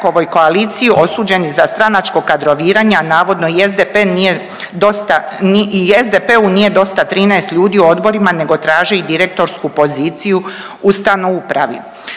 koaliciji osuđeni za stranačko kadroviranje, a navodno i SDP nije dosta i SDP-u nije dosta 13 ljudi u odborima nego traži i direktorsku poziciju …/Govornik